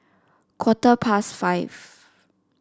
quarter past five